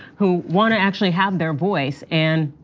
who want to actually have their voice and,